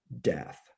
death